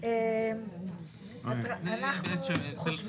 אנחנו באמצע